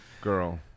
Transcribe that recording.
girl